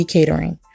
Catering